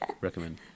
recommend